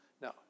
no